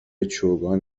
چوگان